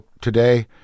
today